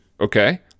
Okay